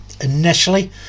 initially